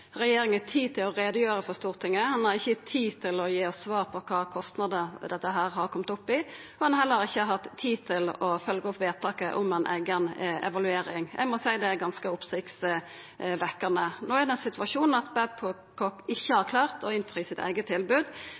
tid til å gi oss svar på kva kostnader dette har kome opp i, og han har heller ikkje hatt tid til å følgja opp vedtaket om ei eiga evaluering. Eg må seia at det er ganske oppsiktsvekkjande. No er det ein situasjon der Babcock ikkje har klart å innfri sitt eige tilbod.